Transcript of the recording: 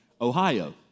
Ohio